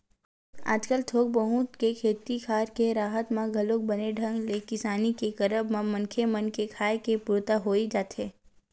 आजकल थोक बहुत के खेती खार के राहत म घलोक बने ढंग ले किसानी के करब म मनखे मन के खाय के पुरता होई जाथे